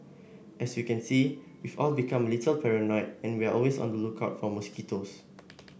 as you can see we've all become a little paranoid and we're always on the lookout for mosquitoes